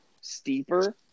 steeper